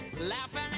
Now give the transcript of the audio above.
laughing